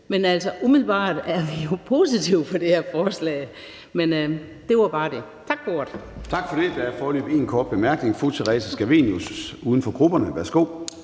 Men altså, umiddelbart er vi jo positive over for det her forslag. Det var bare det. Tak for ordet.